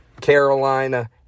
Carolina